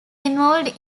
involved